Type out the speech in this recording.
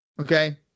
Okay